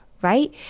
right